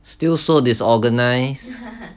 still so disorganised